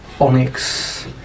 onyx